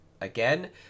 again